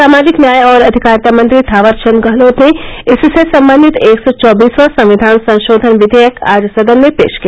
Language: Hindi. सामाजिक न्याय और अधिकारिता मंत्री थावरचंद गहलोत ने इससे संबंधित एक सौ चौबीसवां संविधान संशोधन विधेयक आज सदन में पेश किया